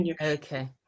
Okay